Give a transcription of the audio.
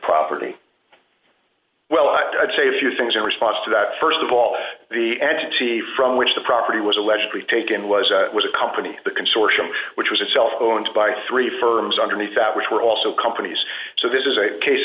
property well i'd say a few things in response to that st of all the entity from which the property was allegedly taken was was a company the consortium which was itself owned by three firms underneath which were also companies so this is a case